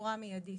בצורה מיידית.